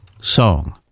song